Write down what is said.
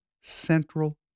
Central